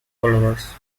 followers